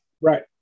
Right